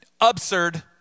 Absurd